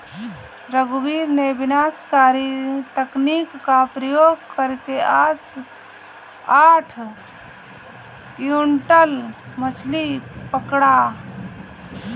रघुवीर ने विनाशकारी तकनीक का प्रयोग करके आज आठ क्विंटल मछ्ली पकड़ा